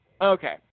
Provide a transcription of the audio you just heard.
Okay